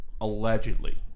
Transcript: allegedly